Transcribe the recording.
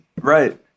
Right